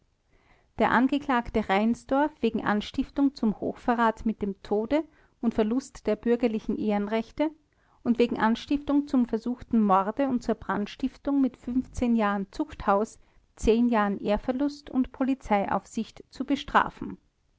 der angeklagte reinsdorf wegen anstiftung zum hochverrat mit dem tode und verlust der bürgerlichen ehrenrechte und wegen anstiftung zum versuchten morde und zur brandstiftung mit jahren zuchthaus jahren ehrverlust und polizeiaufsicht zu bestrafen